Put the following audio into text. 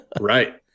Right